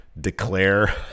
declare